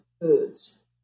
foods